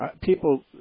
people